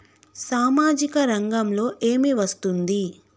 సామాజిక రంగంలో ఏమి వస్తుంది?